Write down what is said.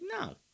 no